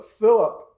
Philip